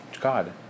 God